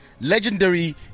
legendary